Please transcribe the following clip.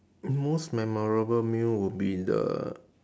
most memorable meal would be the